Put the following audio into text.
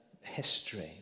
history